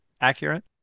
accurate